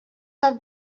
have